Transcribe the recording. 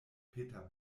peter